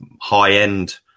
high-end